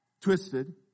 twisted